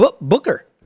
Booker